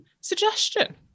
suggestion